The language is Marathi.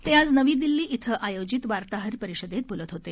ते आज नवी दिल्ली इथं आयोजित वार्ताहर परिषदेत बोलत होते